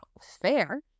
fair